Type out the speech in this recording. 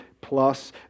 plus